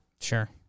Sure